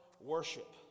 worship